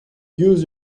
use